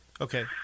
Okay